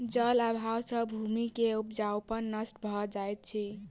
जल अभाव सॅ भूमि के उपजाऊपन नष्ट भ जाइत अछि